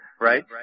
right